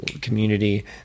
community